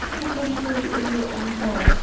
potentially in your own home,